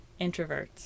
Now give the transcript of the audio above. Introverts